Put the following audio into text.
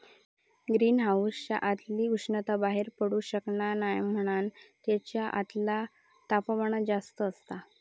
green हाउसच्या आतली उष्णता बाहेर पडू शकना नाय म्हणान तेच्या आतला तापमान जास्त असता